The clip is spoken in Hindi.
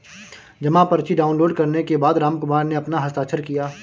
जमा पर्ची डाउनलोड करने के बाद रामकुमार ने अपना हस्ताक्षर किया